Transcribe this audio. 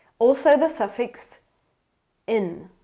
also the suffix en,